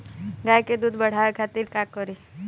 गाय के दूध बढ़ावे खातिर का करी?